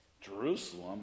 Jerusalem